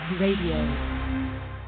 radio